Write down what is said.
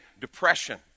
depression